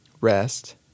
rest